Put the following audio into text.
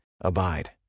Abide